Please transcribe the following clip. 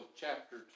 chapter